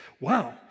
wow